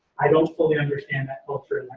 i don't fully understand that culture